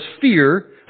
fear